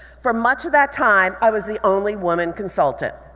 for much of that time i was the only woman consultant.